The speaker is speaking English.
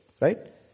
right